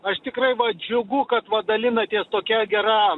aš tikrai va džiugu kad va dalinatės tokia gera